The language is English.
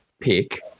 pick